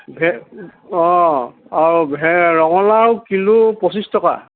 অঁ আৰু ৰঙলাও কিলো পঁচিছ টকা